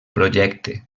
projecte